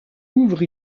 ouvre